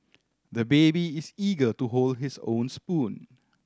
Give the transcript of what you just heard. the baby is eager to hold his own spoon